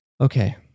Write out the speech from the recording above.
Okay